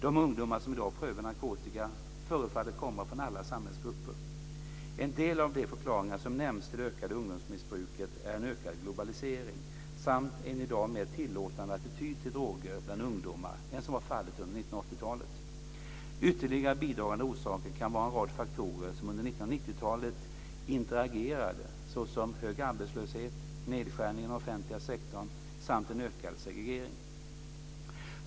De ungdomar som i dag prövar narkotika förefaller komma från alla samhällsgrupper. En del av de förklaringar som nämns till det ökade ungdomsmissbruket är en ökad globalisering samt en i dag mer tillåtande attityd till droger bland ungdomar än vad som var fallet under 1980-talet. Ytterligare bidragande orsaker kan vara en rad faktorer som under 1990-talet interagerade såsom hög arbetslöshet, nedskärningar inom den offentliga sektorn samt en ökad segregering.